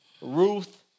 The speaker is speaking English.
Ruth